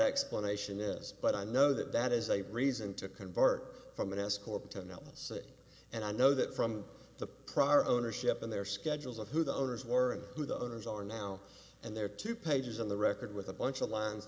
explanation is but i know that that is a reason to convert from an s corp ten l c and i know that from the prior ownership and their schedules of who the owners were who the owners are now and there are two pages on the record with a bunch of lines